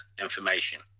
information